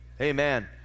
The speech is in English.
Amen